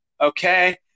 okay